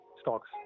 stocks